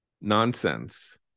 nonsense